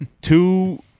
two